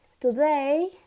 today